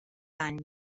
any